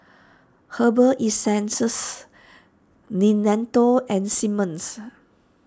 Herbal Essences Nintendo and Simmons